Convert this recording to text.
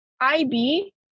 IB